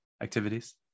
activities